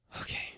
Okay